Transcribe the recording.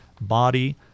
body